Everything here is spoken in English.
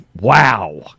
Wow